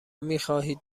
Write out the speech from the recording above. میخواهید